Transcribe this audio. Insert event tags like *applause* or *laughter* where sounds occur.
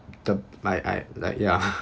the my I like ya *laughs*